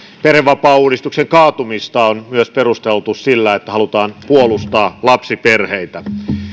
perhevapaauudistuksen kaatumista on myös perusteltu sillä että halutaan puolustaa lapsiperheitä